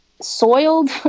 soiled